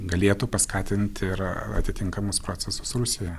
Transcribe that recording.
galėtų paskatinti ir atitinkamus procesus rusijoje